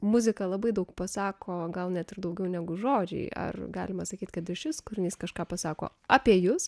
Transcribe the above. muzika labai daug pasako gal net ir daugiau negu žodžiai ar galima sakyt kad ir šis kūrinys kažką pasako apie jus